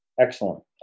Excellent